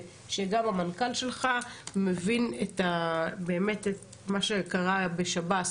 גם המנכ"ל שלך מבין באמת את מה שקרה בשב"ס